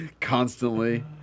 Constantly